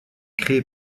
créée